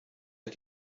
hat